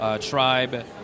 tribe